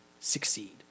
succeed